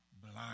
blind